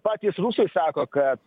patys rusai sako kad